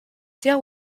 dale